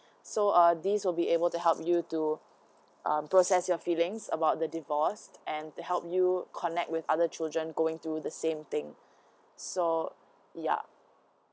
so uh this will be able to help you to um process your feelings about the divorce and to help you connect with other children going to the same thing so yup